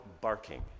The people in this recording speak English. barking